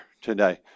today